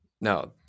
no